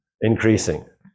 increasing